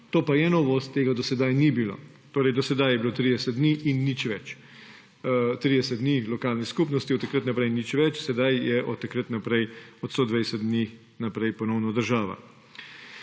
To pa je novost, tega do sedaj ni bilo, do sedaj je bilo 30 dni in nič več. 30 dni lokalne skupnosti, od takrat naprej nič več, sedaj je od 120 dni naprej ponovno država.